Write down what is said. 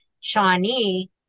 Shawnee